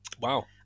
Wow